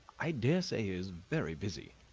i daresay he is very busy,